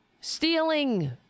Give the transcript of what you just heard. stealing